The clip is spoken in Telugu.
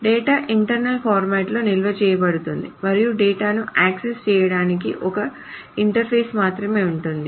డేటా ఇంటర్నల్ ఫార్మాట్ లో నిల్వ చేయబడుతుంది మరియు డేటాను యాక్సెస్ చేయడానికి ఒక ఇంటర్ఫేస్ మాత్రమే ఉంటుంది